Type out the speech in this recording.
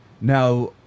Now